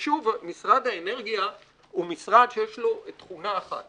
ושוב, משרד האנרגיה הוא משרד שיש לו תכונה אחת: